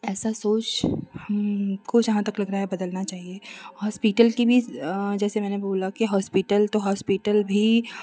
ऐसा सोच हमको जहाँ तक लग रहा है बदलना चाहिए हॉस्पिटल की भी जैसा मैंने बोला कि हॉस्पिटल तो हॉस्पिटल भी